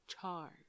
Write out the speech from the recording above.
charge